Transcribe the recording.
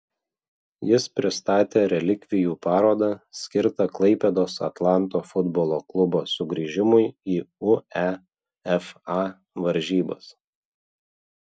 jis pristatė relikvijų parodą skirtą klaipėdos atlanto futbolo klubo sugrįžimui į uefa varžybas